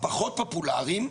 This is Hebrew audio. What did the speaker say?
הפחות פופולריים,